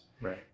right